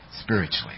spiritually